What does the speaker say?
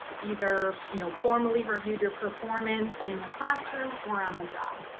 either you know formally reviewed your performance in the classroom or on the job.